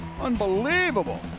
Unbelievable